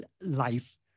life